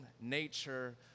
nature